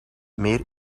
meer